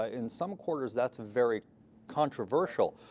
ah in some quarters, that's very controversial.